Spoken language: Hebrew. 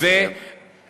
נא לסכם.